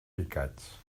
picats